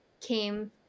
came